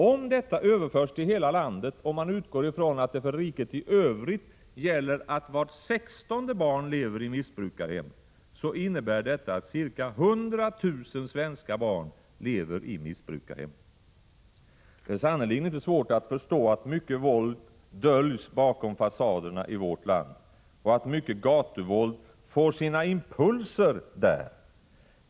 Om detta överförs till hela landet och man utgår från att det för riket i övrigt gäller att vart sextonde barn lever i missbrukarhem, innebär detta att ca 100 000 svenska barn lever i missbrukarhem. Det är sannerligen inte svårt att förstå att mycket våld döljs bakom fasaderna i vårt land och att mycket gatuvåld får sina impulser där.